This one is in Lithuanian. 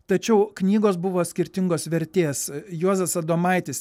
tačiau knygos buvo skirtingos vertės juozas adomaitis